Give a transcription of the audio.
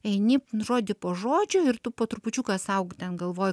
eini žodį po žodžio ir tu po trupučiuką sau ten galvoji